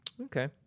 Okay